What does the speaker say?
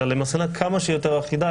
אלא למסקנה כמה שיותר אחידה,